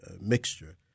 mixture—